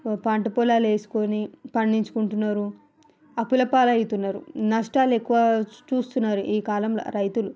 పంట పొలాలు వేసుకొని పండించుకుంటున్నారు అప్పుల పాలైతున్నారు నష్టాలు ఎక్కువ చూ చూస్తున్నారు ఈ కాలంలో రైతులు